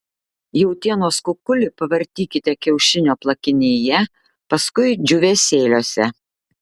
jautienos kukulį pavartykite kiaušinio plakinyje paskui džiūvėsėliuose